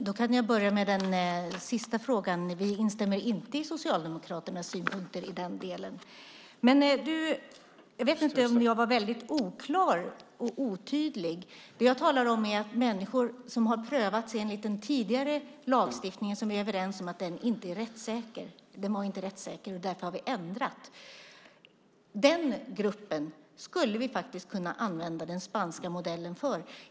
Fru talman! Jag kan börja med den sista frågan. Vi instämmer inte i Socialdemokraternas synpunkter i den delen. Jag vet inte om jag var väldigt oklar och otydlig. Det jag talar om är att för den grupp människor som har prövats enligt den tidigare lagstiftningen, som vi är överens om inte var rättssäker och därför har ändrat, skulle vi faktiskt kunna använda den spanska modellen.